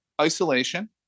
isolation